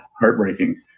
heartbreaking